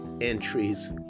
entries